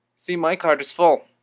see, my card is full.